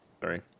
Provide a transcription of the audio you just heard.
Sorry